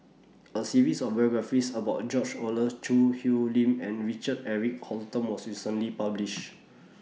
A series of biographies about George Oehlers Choo Hwee Lim and Richard Eric Holttum was recently published